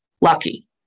lucky